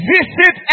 Visit